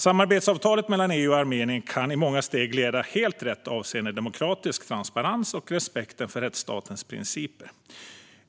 Samarbetsavtalet mellan EU och Armenien kan i många steg leda helt rätt avseende demokratisk transparens och respekten för rättsstatens principer.